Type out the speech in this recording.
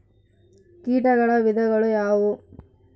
ಕೇಟಗಳ ವಿಧಗಳು ಯಾವುವು?